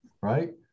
Right